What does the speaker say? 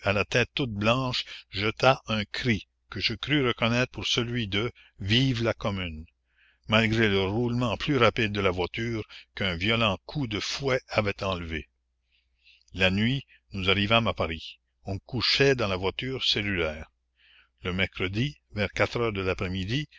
la tête toute blanche jeta un cri que je crus reconnaître pour celui de vive la commune malgré le roulement plus rapide de la voiture qu'un violent coup de fouet avait enlevée la nuit nous arrivâmes à paris on couchait dans la voiture cellulaire le mercredi vers quatre heures de l'après-midi